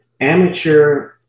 amateur